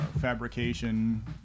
fabrication